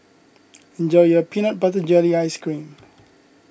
enjoy your Peanut Butter Jelly Ice Cream